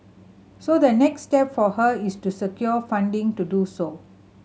so the next step for her is to secure funding to do so